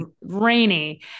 rainy